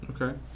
okay